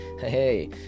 hey